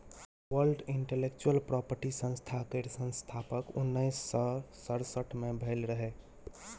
world intellectual property संस्था केर स्थापना उन्नैस सय सड़सठ मे भेल रहय